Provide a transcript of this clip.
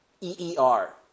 E-E-R